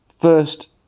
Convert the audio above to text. first